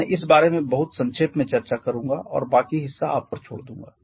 मैं इस बारे में बहुत संक्षेप में चर्चा करूंगा और बाकी हिस्सा आप पर छोड़ दूंगा